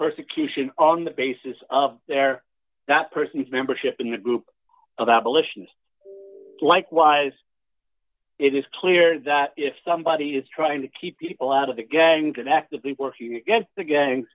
persecution on the basis of their that person's membership in a group of abolitionists likewise it is clear that if somebody is trying to keep people out of the gangs and actively working against the gang